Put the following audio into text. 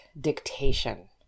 dictation